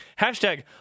Hashtag